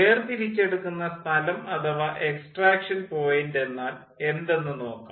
വേർതിരിച്ചെടുക്കുന്ന സ്ഥലം അഥവാ extraction point എന്നാൽ എന്തെന്ന് നോക്കാം